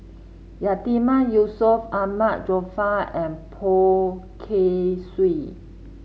Yatiman Yusof Ahmad Jaafar and Poh Kay Swee